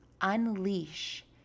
unleash